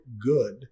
good